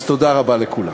אז תודה רבה לכולם.